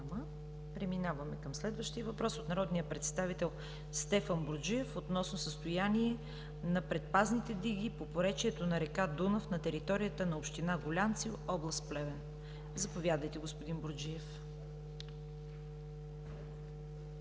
Преминаваме към следващия въпрос от народния представител Стефан Бурджев, относно състояние на предпазните диги по поречието на река Дунав на територията на община Гулянци, област Плевен. Заповядайте, господин Бурджев.